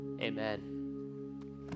Amen